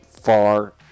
far